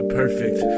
perfect